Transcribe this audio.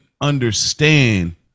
understand